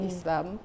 Islam